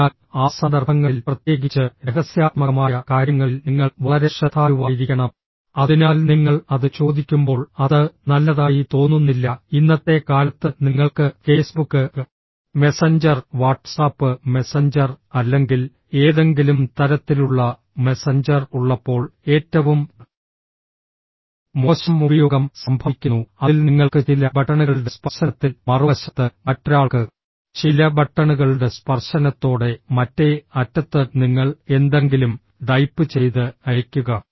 അതിനാൽ ആ സന്ദർഭങ്ങളിൽ പ്രത്യേകിച്ച് രഹസ്യാത്മകമായ കാര്യങ്ങളിൽ നിങ്ങൾ വളരെ ശ്രദ്ധാലുവായിരിക്കണം അതിനാൽ നിങ്ങൾ അത് ചോദിക്കുമ്പോൾ അത് നല്ലതായി തോന്നുന്നില്ല ഇന്നത്തെ കാലത്ത് നിങ്ങൾക്ക് ഫേസ്ബുക്ക് മെസഞ്ചർ വാട്ട്സ്ആപ്പ് മെസഞ്ചർ അല്ലെങ്കിൽ ഏതെങ്കിലും തരത്തിലുള്ള മെസഞ്ചർ ഉള്ളപ്പോൾ ഏറ്റവും മോശം ഉപയോഗം സംഭവിക്കുന്നു അതിൽ നിങ്ങൾക്ക് ചില ബട്ടണുകളുടെ സ്പർശനത്തിൽ മറുവശത്ത് മറ്റൊരാൾക്ക് ചില ബട്ടണുകളുടെ സ്പർശനത്തോടെ മറ്റേ അറ്റത്ത് നിങ്ങൾ എന്തെങ്കിലും ടൈപ്പ് ചെയ്ത് അയയ്ക്കുക